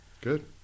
Good